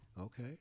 Okay